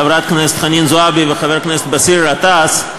חברת הכנסת חנין זועבי וחבר הכנסת באסל גטאס,